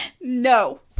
No